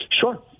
Sure